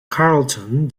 carleton